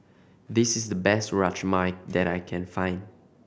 this is the best Rajma that I can find